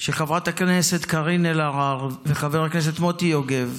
שחברת הכנסת קארין אלהרר וחבר הכנסת מוטי יוגב,